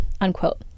unquote